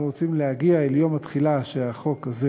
אנחנו רוצים להגיע אל יום התחילה שהחוק הזה